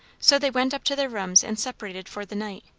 so they went up to their rooms and separated for the night.